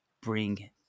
bring